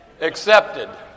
accepted